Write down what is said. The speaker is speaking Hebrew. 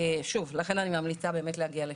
לכן אני ממליצה להגיע לשם.